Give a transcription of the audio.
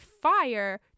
fire